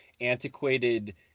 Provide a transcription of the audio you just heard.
antiquated